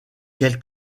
quel